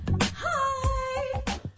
Hi